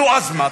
נו, אז מה?